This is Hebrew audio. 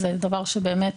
זה דבר שבאמת